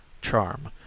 charm